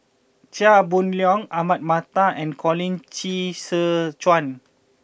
Chia Boon Leong Ahmad Mattar and Colin Qi Zhe Quan